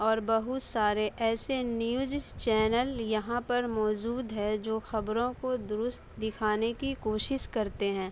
اور بہت سارے ایسے نیوز چینل یہاں پر موجود ہے جو خبروں کو درست دکھانے کی کوشش کرتے ہیں